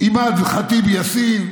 אימאן ח'טיב יאסין,